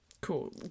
cool